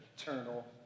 eternal